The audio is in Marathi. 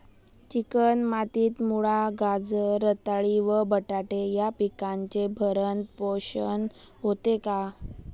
चिकण मातीत मुळा, गाजर, रताळी व बटाटे या पिकांचे भरण पोषण होते का?